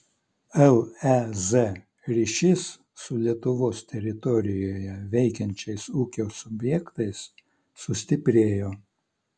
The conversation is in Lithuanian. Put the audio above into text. lez ryšys su lietuvos teritorijoje veikiančiais ūkio subjektais sustiprėjo